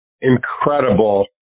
incredible